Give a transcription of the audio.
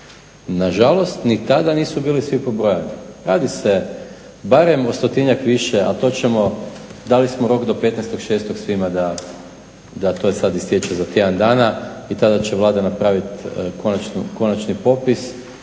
Nažalost, ni tada nisu bili svi pobrojani. Radi se barem o stotinjak više, a to ćemo dali smo rok do 15.06. svima da to sad istječe za tjedan dana i tada će Vlada napraviti konačni popis